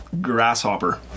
Grasshopper